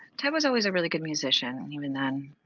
ted was always a really good musician even then.